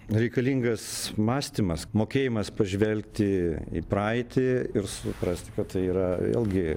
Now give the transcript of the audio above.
reikalingas mąstymas mokėjimas pažvelgti į praeitį ir suprasti kad tai yra vėlgi